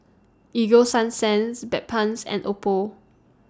Ego Sunsense Bedpans and Oppo